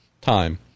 time